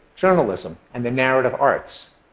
journalism and the narrative arts.